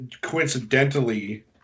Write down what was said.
coincidentally